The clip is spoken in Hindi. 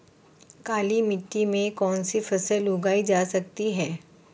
काली मिट्टी में कौनसी फसल उगाई जा सकती है?